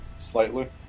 slightly